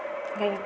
बे